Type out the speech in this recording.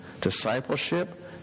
discipleship